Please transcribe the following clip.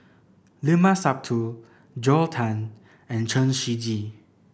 Limat Sabtu Joel Tan and Chen Shiji